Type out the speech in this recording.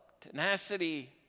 tenacity